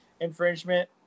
infringement